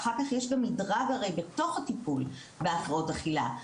אחר כך יש גם מדרג הרי בתוך הטיפול בהפרעות אכילה,